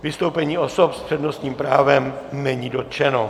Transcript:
Vystoupení osob s přednostním právem není dotčeno.